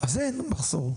אז אין מחסור.